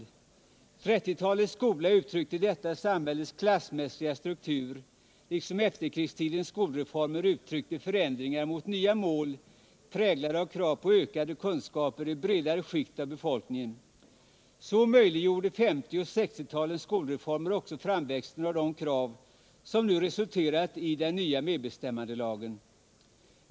1930-talets skola uttryckte dåtidens samhälles klassmässiga struktur, liksom efterkrigstidens skolreformer uttryckte förändringar mot nya mål präglade av krav på ökade kunskaper i bredare skikt av befolkningen. Så möjliggjorde 1950 och 1960-talens skolreformer också framväxten av de krav som nu resulterat i den nya medbestämmandelagen.